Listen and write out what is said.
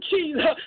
Jesus